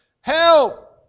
Help